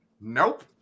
Nope